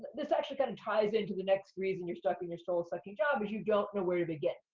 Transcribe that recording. this actually kind of ties into the next reason you're stuck in your soul-sucking job, is you don't know where to begin.